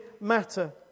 matter